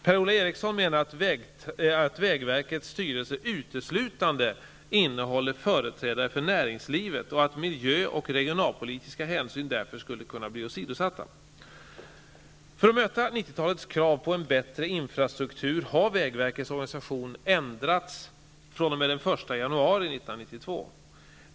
Per-Ola Eriksson menar att vägverkets styrelse uteslutande innehåller företrädare för näringslivet och att miljö och regionalpolitiska hänsyn därför skulle kunna bli åsidosatta. För att möta 90-talets krav på en bättre infrastruktur har vägverkets organisation ändrats fr.o.m. den 1 januari 1992.